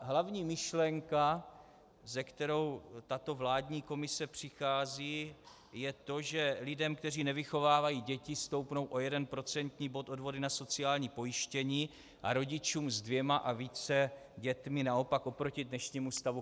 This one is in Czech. Hlavní myšlenka, se kterou tato vládní komise přichází, je to, že lidem, kteří nevychovávají děti, stoupnou o jeden procentní bod odvody na sociální pojištění a rodičům se dvěma a více dětmi naopak oproti dnešnímu stavu klesnou.